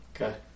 Okay